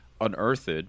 unearthed